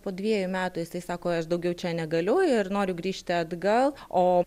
po dviejų metų jisai sako aš daugiau čia negaliu ir noriu grįžti atgal o